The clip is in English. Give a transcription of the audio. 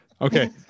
Okay